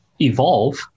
evolve